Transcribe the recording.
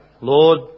Lord